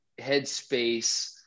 headspace